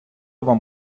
вам